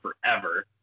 forever